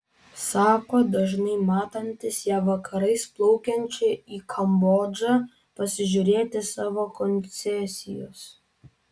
sako dažnai matantis ją vakarais plaukiančią į kambodžą pasižiūrėti savo koncesijos